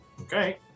Okay